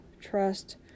trust